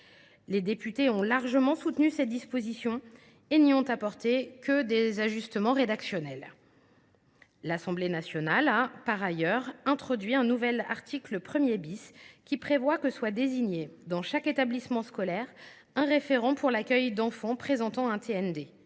Les députés ont largement soutenu ces dispositions et n’y ont apporté que des ajustements rédactionnels. L’Assemblée nationale a, par ailleurs, introduit un nouvel article 1 , qui prévoit que soit désigné, dans chaque établissement scolaire, un référent pour l’accueil des enfants présentant un TND.